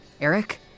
Eric